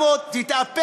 אולי תספר כמה כסף חילקת.